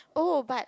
oh but